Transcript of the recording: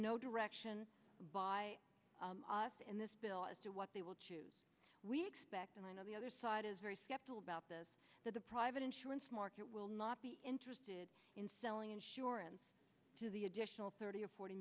no direction by us in this bill as to what they will choose we expect and i know the other side is very skeptical about this that the private insurance market will not be interested in selling insurance to the additional thirty or forty